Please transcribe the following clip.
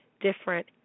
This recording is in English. different